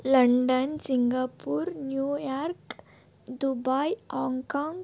London Singapore New York Dubai Hong Kong